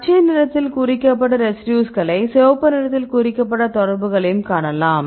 பச்சை நிறத்தில் குறிக்கப்பட்ட ரெசிடியூஸ்களையும் சிவப்பு நிறத்தில் குறிக்கப்பட்ட தொடர்புகளையும் காணலாம்